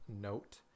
note